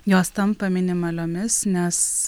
jos tampa minimaliomis nes